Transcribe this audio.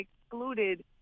excluded